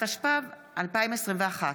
התשפ"ב 2021,